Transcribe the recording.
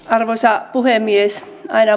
arvoisa puhemies